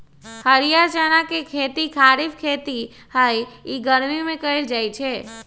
हरीयर चना के खेती खरिफ खेती हइ इ गर्मि में करल जाय छै